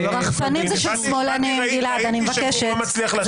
ראיתי שגור לא מצליח להשלים מילה,